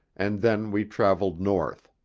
and then we travelled north.